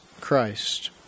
Christ